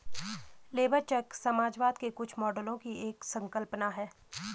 labour check समाजवाद के कुछ मॉडलों की एक संकल्पना है